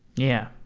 yeah.